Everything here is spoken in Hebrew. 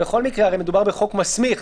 בכל מקרה הרי מדובר בחוק מסמיך,